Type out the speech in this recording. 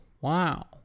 Wow